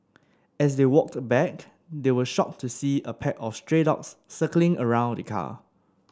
as they walked back they were shocked to see a pack of stray dogs circling around the car